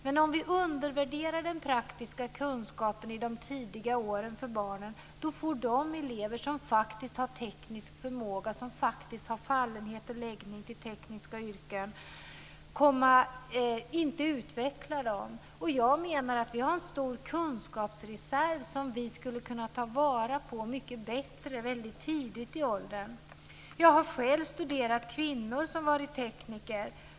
Men om vi undervärderar den praktiska kunskapen i de tidiga åren för barnen får de elever som faktiskt har teknisk förmåga och som har fallenhet och läggning för tekniska yrken inte utveckla sin förmåga. Jag menar att vi har en stor kunskapsreserv som vi skulle kunna ta vara på mycket bättre väldigt tidigt i åldrarna. Jag har själv studerat kvinnor som varit tekniker.